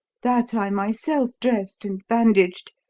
that i myself dressed and bandaged,